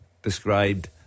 Described